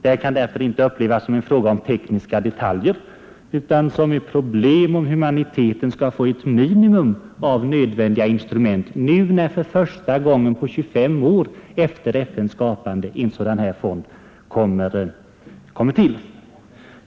Detta kan därför inte upplevas som en fråga om tekniska detaljer utan som en fråga om humaniteten skall få ett minimum av nödvändiga instrument nu när för första gången, 25 år efter FNs skapande, en sådan här fond kommer till.